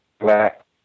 black